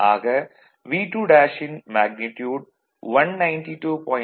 ஆக V2' ன் magnitude 192